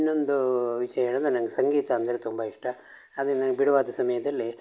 ಇನ್ನೊಂದು ವಿಷಯ ಏನೆಂದರೆ ನಂಗೆ ಸಂಗೀತ ಅಂದರೆ ತುಂಬ ಇಷ್ಟ ಅದನ್ನು ಬಿಡುವಾದ ಸಮಯದಲ್ಲಿ